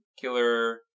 killer